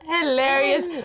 hilarious